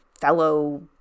fellow